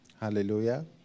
Hallelujah